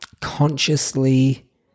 consciously